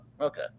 okay